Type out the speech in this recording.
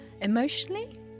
Emotionally